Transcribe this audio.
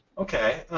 okay,